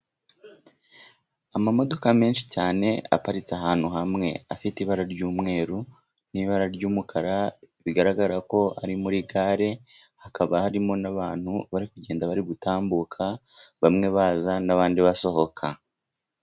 Amamodoka menshi cyane aparitse ahantu hamwe afite ibara ry'umweru n'ibara ry'umukara, bigaragara ko ari muri gare. Hakaba harimo n'abantu bari kugenda bari gutambuka bamwe baza n'abandi basohoka.